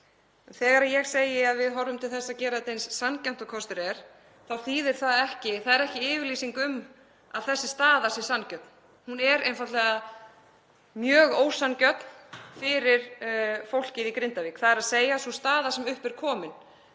Þegar ég segi að við horfum til þess að gera þetta eins sanngjarnt og kostur er þá er það ekki yfirlýsing um að þessi staða sé sanngjörn. Hún er einfaldlega mjög ósanngjörn fyrir fólkið í Grindavík, þ.e. sú staða sem upp er komin,